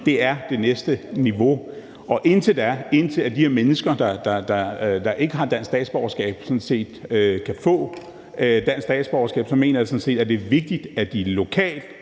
Det er det næste niveau, og indtil de mennesker, der ikke har et dansk statsborgerskab, kan få et dansk statsborgerskab, så mener jeg sådan set også, at det er vigtigt,